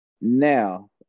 Now